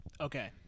Okay